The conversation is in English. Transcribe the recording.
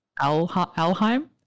Alheim